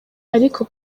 ariko